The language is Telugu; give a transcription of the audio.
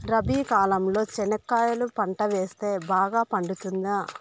రబి కాలంలో చెనక్కాయలు పంట వేస్తే బాగా పండుతుందా?